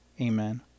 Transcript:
Amen